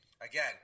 again